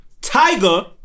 Tiger